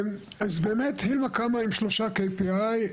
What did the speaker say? אז באמת הילמ"ה קמה עם שלושה KPI,